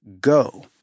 Go